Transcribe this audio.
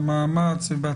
(בידוד בפיקוח טכנולוגי) (תיקון מס' 6),